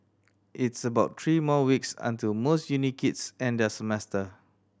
it's about three more weeks until most uni kids end their semester